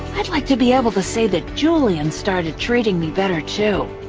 i'd like to be able to say that julian started treating me better, too,